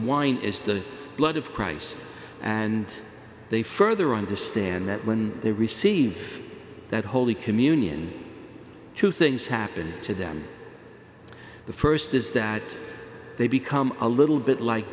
wine is the blood of christ and they further on the stand that when they receive that holy communion two things happen to them the st is that they become a little bit like